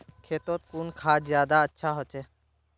खेतोत कुन खाद ज्यादा अच्छा होचे?